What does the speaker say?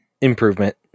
Improvement